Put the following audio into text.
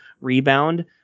rebound